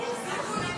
למען שלום ואחדות העם.